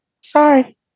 sorry